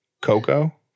Coco